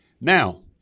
Now